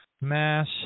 Mass